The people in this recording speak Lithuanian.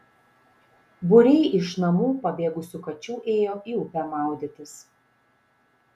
būriai iš namų pabėgusių kačių ėjo į upę maudytis